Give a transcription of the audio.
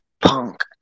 punk